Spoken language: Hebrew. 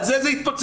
על זה זה התפוצץ.